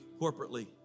corporately